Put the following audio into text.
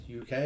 uk